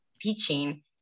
teaching